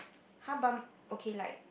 !huh! but okay like